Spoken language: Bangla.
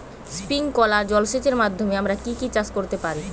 স্প্রিংকলার জলসেচের মাধ্যমে আমরা কি কি চাষ করতে পারি?